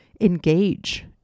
engage